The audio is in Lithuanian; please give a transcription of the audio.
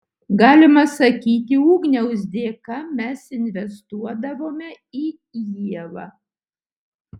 galima sakyti ugniaus dėka mes investuodavome į ievą